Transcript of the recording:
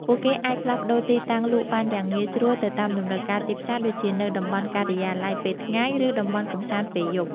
ពួកគេអាចផ្លាស់ប្តូរទីតាំងលក់បានយ៉ាងងាយស្រួលទៅតាមតម្រូវការទីផ្សារ ដូចជានៅតំបន់ការិយាល័យពេលថ្ងៃ ឬតំបន់កម្សាន្តពេលយប់។